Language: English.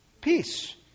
Peace